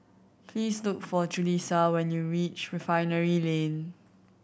please look for Julisa when you reach Refinery Lane